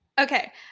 Okay